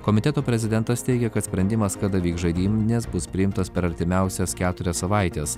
komiteto prezidentas teigia kad sprendimas kada vyks žaidynės bus priimtas per artimiausias keturias savaites